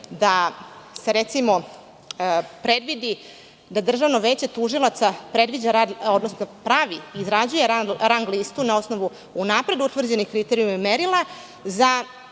da se recimo predvidi da Državno veće tužilaca pravi, izrađuje rang listu na osnovu unapred utvrđenih kriterijuma i merila za